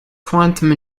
quantum